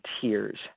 tears